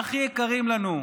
האנשים הכי יקרים לנו,